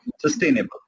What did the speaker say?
sustainable